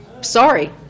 Sorry